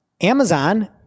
Amazon